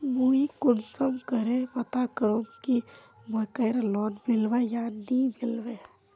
मुई कुंसम करे पता करूम की मकईर लोन मिलबे या नी मिलबे?